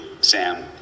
Sam